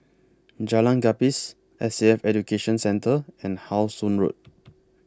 Jalan Gapis S A F Education Centre and How Sun Road